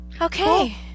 Okay